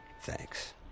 thanks